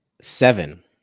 seven